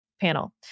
panel